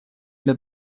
для